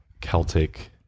celtic